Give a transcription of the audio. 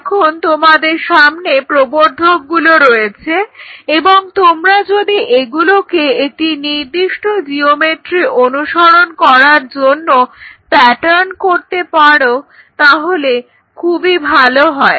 তাহলে এখন তোমাদের সামনে প্রবর্ধকগুলো রয়েছে এবং তোমরা যদি এগুলোকে একটি নির্দিষ্ট জিওমেট্রি অনুসরণ করার জন্য প্যাটার্ন করতে পারো তাহলে তা খুবই ভালো হয়